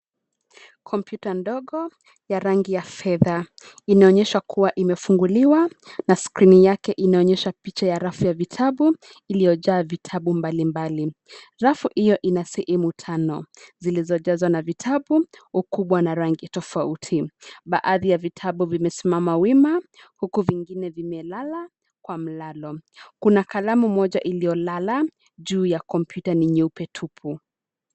Kompyuta ndogo, ya rangi ya fedha, inaonyesha kuwa imefunguliwa, na skrini yake inaonyesha picha ya rafu ya vitabu, iliyojaa vitabu mbalimbali, rafu hio ina sehemu tano, zilizojazwa na vitabu, ukubwa na rangi tofauti, baadhi ya vitabu vimesimama wima, huku vingine vimelala, kwa mlalo, kuna kalamu moja iliyolala, juu ya kompyuta ni nyeupe tupu.